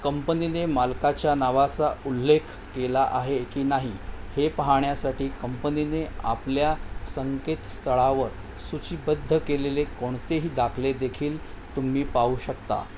कंपनीने मालकाच्या नावाचा उल्लेख केला आहे की नाही हे पाहण्यासाठी कंपनीने आपल्या संकेत स्थळावर सूचीबद्ध केलेले कोणतेही दाखलेदेखील तुम्ही पाहू शकता